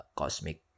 cosmic